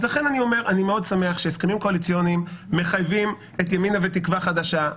אני מאוד שמח שהסכמים קואליציוניים מחייבים את ימינה ותקווה חדשה,